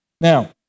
Now